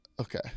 Okay